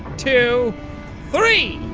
two three!